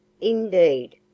Indeed